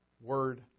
Word